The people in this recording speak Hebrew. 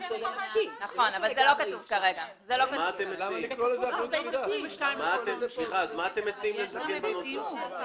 מה אתם מציעים שיהיה בנוסח?